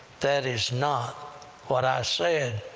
that is not what i said.